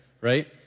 right